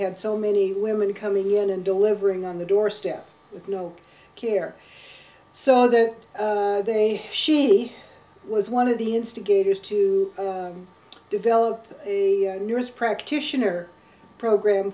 had so many women coming in and delivering on the doorstep with no care so that they she was one of the instigators to develop a nurse practitioner program